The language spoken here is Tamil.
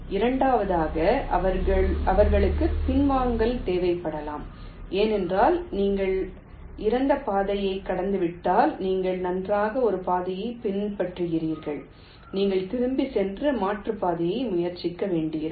இரண்டாவதாக அவர்களுக்கு பின்வாங்கல் தேவைப்படலாம் ஏனென்றால் நீங்கள் இறந்த பாதையை அடைந்துவிட்டதால் நீங்கள் நன்றாக ஒரு பாதையை பின்பற்றுகிறீர்கள் நீங்கள் திரும்பிச் சென்று மாற்று பாதையை முயற்சிக்க வேண்டியிருக்கும்